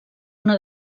una